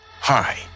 Hi